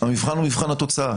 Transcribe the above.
המבחן הוא מבחן התוצאה.